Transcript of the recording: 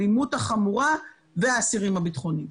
האלימות החמורה והאסירים הביטחוניים.